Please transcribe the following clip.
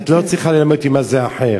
את לא צריכה ללמד אותי מה זה האחר.